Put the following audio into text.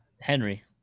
Henry